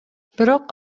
бирок